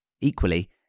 Equally